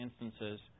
instances